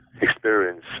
experience